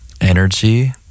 energy